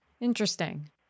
Interesting